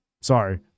Sorry